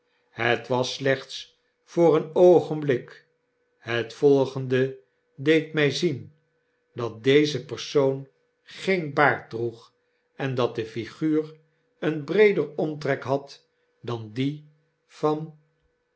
het was slechts voor een oogenblik het volgende deed my zien dat deze persoon geen baard droeg en datde figuur een breeder omtrek had dan die van